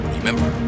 Remember